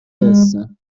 هستم